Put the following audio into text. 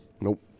Nope